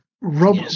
rob